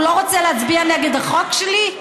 הוא לא רוצה להצביע נגד החוק שלי?